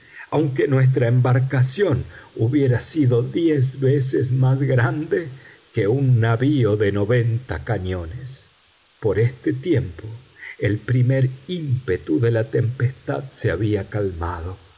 aunque nuestra embarcación hubiera sido diez veces más grande que un navío de noventa cañones por este tiempo el primer ímpetu de la tempestad se había calmado